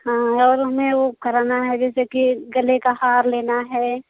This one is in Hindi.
हाँ और हमें वो कराना है जैसे कि गले का हार लेना है